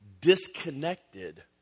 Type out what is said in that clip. disconnected